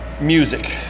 music